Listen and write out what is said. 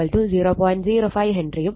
05 ഹെൻറിയും L2 0